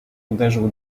uderzył